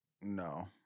No